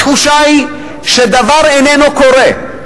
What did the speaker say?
התחושה היא שדבר איננו קורה.